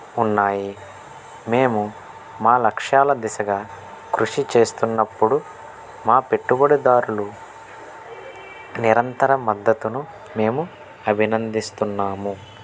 ఉన్నాయి మేము మా లక్ష్యాల దిశగా కృషి చేస్తున్నప్పుడు మా పెట్టుబడిదారులు నిరంతర మద్దతును మేము అభినందిస్తున్నాము